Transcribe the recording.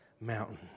mountain